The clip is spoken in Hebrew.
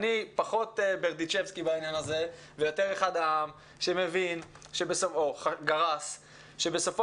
אני פחות ברדיצ'בסקי בעניין הזה ויותר אחד העם שגרס שבסופו